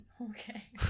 Okay